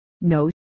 No